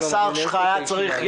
השר שלך היה צריך,